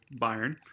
Bayern